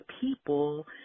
people